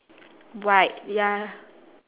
white ya